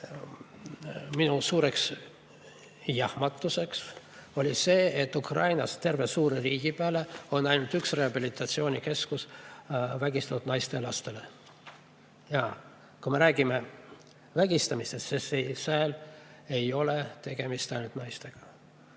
minu suureks jahmatuseks selgus, et Ukrainas on terve suure riigi peale ainult üks rehabilitatsioonikeskus vägistatud naistele ja lastele. Jaa, kui me räägime vägistamisest, siis seal ei ole tegemist ainult naistega.